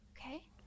Okay